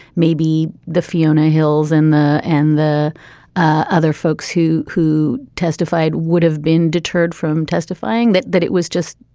maybe the fiona hills in the and the ah other folks who who testified would have been deterred from testifying that that it was just,